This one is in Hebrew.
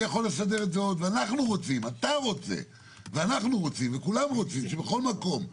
אנחנו רוצים ואתה רוצה וכולם רוצים שבכל מקום,